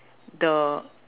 the